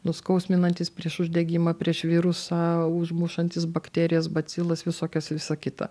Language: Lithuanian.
nuskausminantys prieš uždegimą prieš virusą užmušantys bakterijas bacilas visokias visa kita